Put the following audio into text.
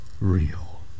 real